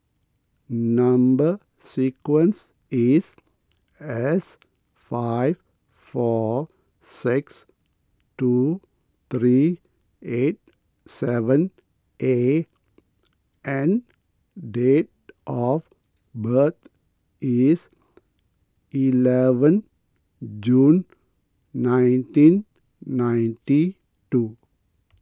Number Sequence is S five four six two three eight seven A and date of birth is eleven June nineteen ninety two